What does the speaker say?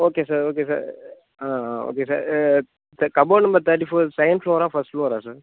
okay sir okay sir okay sir cupboard number thirty four second floor first floor sir